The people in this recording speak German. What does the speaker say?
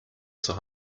zur